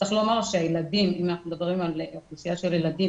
אם אנחנו מדברים על אוכלוסייה של ילדים